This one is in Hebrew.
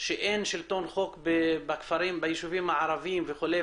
שאין שלטון חוק בישובים הערבים וכו',